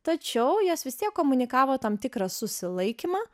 tačiau jos vis tiek komunikavo tam tikrą susilaikymą